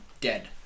dead